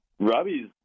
Robbie's